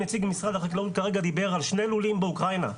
נציג משרד החקלאות כרגע דיבר על שני לולים באוקראינה.